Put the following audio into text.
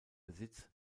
besitz